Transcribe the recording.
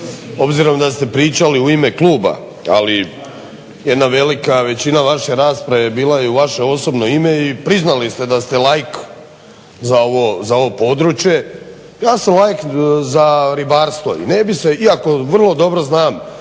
obzirom da ste pričali u ime kluba ali jedna velika većina vaše rasprave bila je u vaše osobno ime i priznali ste da ste laik za ovo područje, ja sam laik za ribarstvo i ne bih se, iako vrlo dobro znam